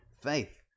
faith